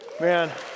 Man